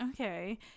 okay